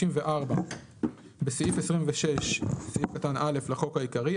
54. בסעיף 26(א) לחוק העיקרי,